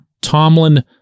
Tomlin